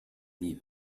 liv